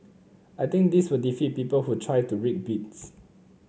I think this will defeat people who try to rig bids